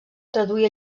traduí